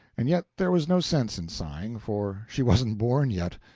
and yet there was no sense in sighing, for she wasn't born yet.